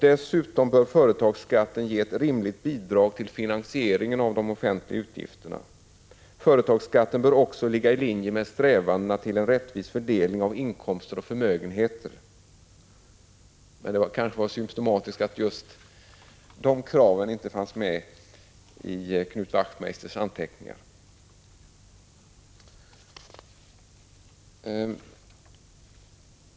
Dessutom bör företagsskatten ge ett rimligt bidrag till finansieringen av de offentliga utgifterna. 2. Företagsskatten bör också ligga i linje med strävandena efter en rättvis fördelning av inkomster och förmögenheter. Det kanske var symtomatiskt att just de kraven inte fanns med i Knut Wachtmeisters anteckningar.